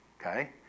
Okay